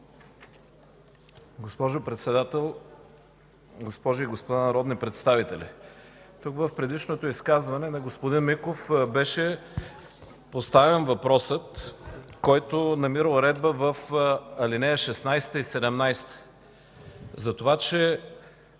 Госпожо Председател, госпожи и господа народни представители! В предишното изказване на господин Миков беше поставен въпросът, който намира уредба в алинеи 16 и 17, че